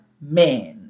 men